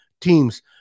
teams